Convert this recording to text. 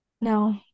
no